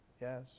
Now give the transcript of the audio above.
yes